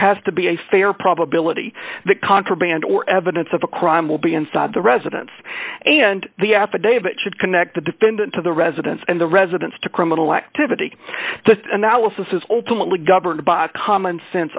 has to be a fair probability that contraband or evidence of a crime will be inside the residence and the affidavit should connect the defendant to the residence and the residence to criminal activity the analysis is ultimately governed by a commonsense